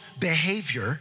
behavior